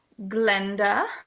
Glenda